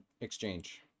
exchange